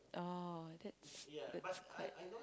oh that's that's quite